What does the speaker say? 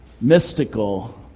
mystical